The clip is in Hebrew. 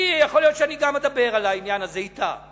יכול להיות שאני גם אדבר על העניין הזה אתה.